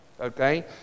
Okay